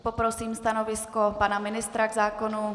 Poprosím stanovisko pana ministra k zákonu?